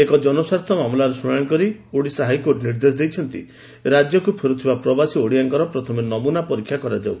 ଏକ ଜନସ୍ୱାର୍ଥ ମାମଲା ଶୁଶାଶି କରି ହାଇକୋର୍ଟ ନିର୍ଦ୍ଦେଶ ଦେଇଛନ୍ତି ରାଜ୍ୟକୁ ଫେରୁଥିବା ପ୍ରବାସୀ ଓଡ଼ିଆଙ୍କର ପ୍ରଥମେ ନମୁନା ପରୀକ୍ଷା କରାଯାଉ